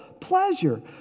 pleasure